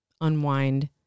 unwind